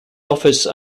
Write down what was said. office